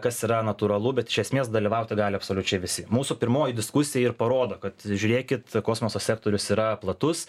kas yra natūralu bet iš esmės dalyvauti gali absoliučiai visi mūsų pirmoji diskusija ir parodo kad žiūrėkit kosmoso sektorius yra platus